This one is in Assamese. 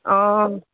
অঁ